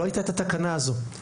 לא הייתה התקנה הזו,